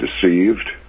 deceived